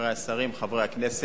חברי השרים, חברי הכנסת,